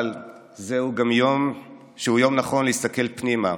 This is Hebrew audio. אבל זהו גם יום שהוא יום נכון להסתכל פנימה,